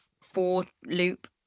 four-loop